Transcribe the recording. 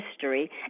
history